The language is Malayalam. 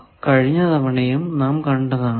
കഴിഞ്ഞ തവണയും നാം കണ്ടതാണ് ഇത്